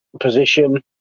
position